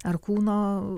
ar kūno